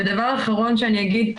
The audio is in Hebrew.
ודבר אחרון שאני אגיד,